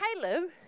Caleb